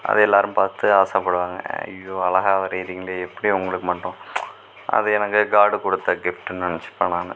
அது எல்லோரும் பார்த்து ஆசைப்படுவாங்க ஐயோ அழகாக வரைகிறிங்களே எப்படி உங்களுக்கு மட்டும் அது எனக்கு காடு கொடுத்த கிஃப்ட்டுன்னு நினச்சிப்பேன் நான்